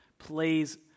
Please